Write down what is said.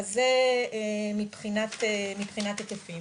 זה מבחינת התבחין.